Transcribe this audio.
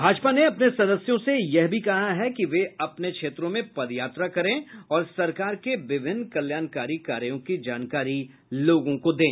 भाजपा ने अपने सदस्यों से यह भी कहा कि वे अपने क्षेत्रों में पदयात्रा करें और सरकार के विभिन्न कल्याणकारी कार्यों की जानकारी लोगों को दें